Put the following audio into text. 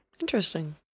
interesting